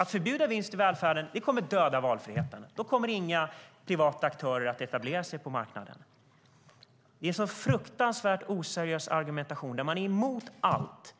Ett förbud mot vinst i välfärden kommer att döda valfriheten. Då kommer inga privata aktörer att etablera sig på marknaden. Det är en fruktansvärt oseriös argumentation, där man är emot allt.